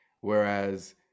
whereas